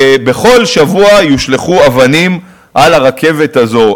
ובכל שבוע יושלכו אבנים על הרכבת הזאת.